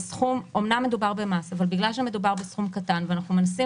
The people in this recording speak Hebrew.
שאמנם מדובר במס אבל בגלל שמדובר בסכום קטן אנחנו מנסים